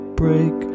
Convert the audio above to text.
break